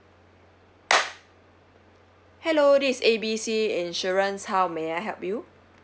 hello this is A B C insurance how may I help you